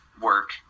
work